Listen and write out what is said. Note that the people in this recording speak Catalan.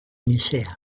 nicea